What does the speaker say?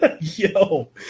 Yo